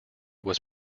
was